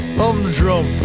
humdrum